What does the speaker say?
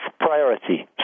priority